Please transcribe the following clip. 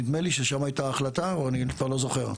נדמה לי ששם הייתה החלטה או אני כבר לא זוכר.